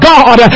God